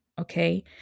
Okay